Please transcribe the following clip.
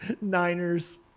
Niners